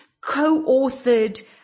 co-authored